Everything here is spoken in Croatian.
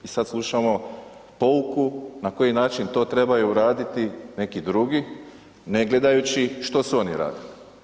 I sad slušamo pouku na koji način to trebaju raditi neki drugi, ne gledajući što su oni radili.